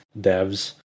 devs